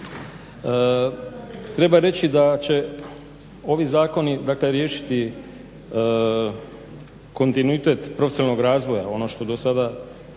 Treba reći da će ovi zakoni riješiti kontinuitet profesionalnog razvoja ono što je do sada